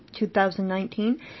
2019